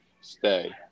Stay